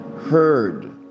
heard